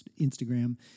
Instagram